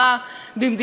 בהסברה,